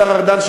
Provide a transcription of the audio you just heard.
השר ארדן,